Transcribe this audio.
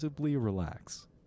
relax